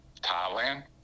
Thailand